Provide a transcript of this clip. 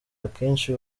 akenshi